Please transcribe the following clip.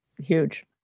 Huge